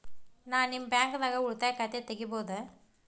ನಾ ನಿಮ್ಮ ಬ್ಯಾಂಕ್ ದಾಗ ಉಳಿತಾಯ ಖಾತೆ ತೆಗಿಬಹುದ?